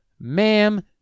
ma'am